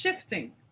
shifting